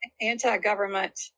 anti-government